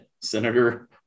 Senator